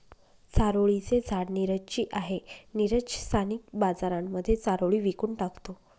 चारोळी चे झाड नीरज ची आहे, नीरज स्थानिक बाजारांमध्ये चारोळी विकून टाकतो